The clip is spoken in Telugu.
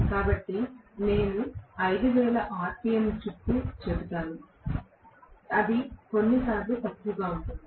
కాబట్టి నేను 500 rpm చుట్టూ చెబుతాను అది కొన్నిసార్లు తక్కువగా ఉంటుంది